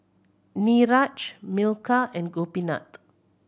Niraj Milkha and Gopinath